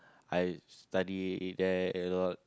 I study there a lot